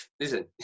Listen